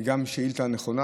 וגם השאילתה הנכונה.